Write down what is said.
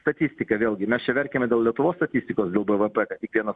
statistika vėlgi mes čia verkiame dėl lietuvos statistikos dėl bvp tik vienas